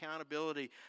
accountability